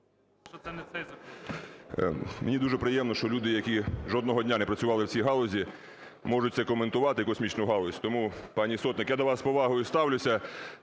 Мені дуже приємно, що люди, які жодного дня не працювали в цій галузі, можуть це коментувати, космічну галузь. Тому, пані Сотник, я до вас з повагою ставлюся,